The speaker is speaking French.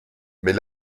mais